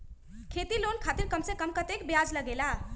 खेती लोन खातीर कम से कम कतेक ब्याज लगेला?